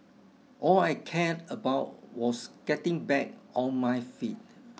all I cared about was getting back on my feet